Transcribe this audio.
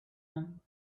them